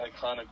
iconic